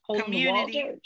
community